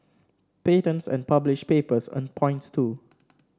patents and published papers earn points too